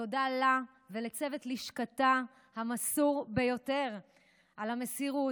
תודה לה ולצוות לשכתה המסור ביותר על המסירות,